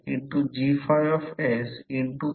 hysteresis लॉससाठीचे हे सूत्र आहे